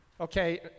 Okay